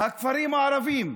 הכפרים הערביים,